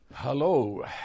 Hello